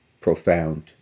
profound